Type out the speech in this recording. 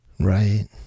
Right